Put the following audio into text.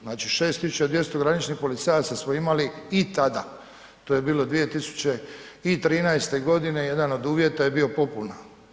Znači, 6200 graničnih policajaca smo imali i tada, to je bilo 2013.g., jedan od uvjeta je bio popuna.